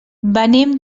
venim